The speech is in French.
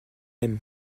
aime